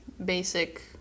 Basic